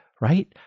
right